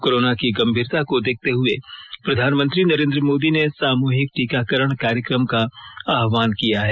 corona की गंभीरता को देखते हुए प्रधानमंत्री नरेंद्र मोदी ने सामूहिक टीकाकरण कार्यक्रम का आह्वान किया है